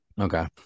Okay